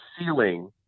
ceiling